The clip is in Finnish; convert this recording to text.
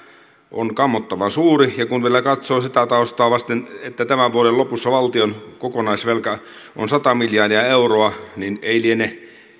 on kammottavan suuri ja kun vielä katsoo sitä taustaa vasten että tämän vuoden lopussa valtion kokonaisvelka on sata miljardia euroa niin ei liene